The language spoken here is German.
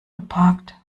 geparkt